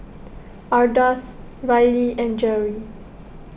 Ardath Riley and Jere